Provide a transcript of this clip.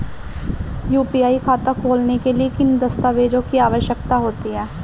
UPI खाता खोलने के लिए किन दस्तावेज़ों की आवश्यकता होती है?